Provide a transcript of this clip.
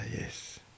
yes